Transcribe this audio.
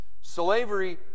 Slavery